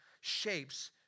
shapes